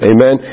Amen